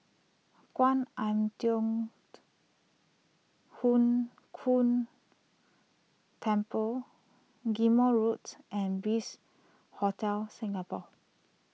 Kwan Im Thong Hood Temple Ghim Moh Roads and Bliss Hotel Singapore